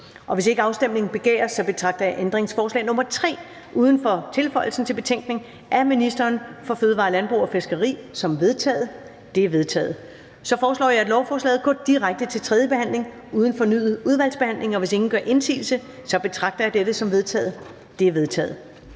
Hvis ikke afstemning begæres, betragter jeg ændringsforslag nr. 3 uden for tilføjelsen til betænkning af ministeren for fødevarer, landbrug og fiskeri som vedtaget. Det er vedtaget. Jeg foreslår, at lovforslaget går direkte til tredje behandling uden fornyet udvalgsbehandling. Hvis ingen gør indsigelse, betragter jeg dette som vedtaget. Det er vedtaget.